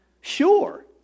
Sure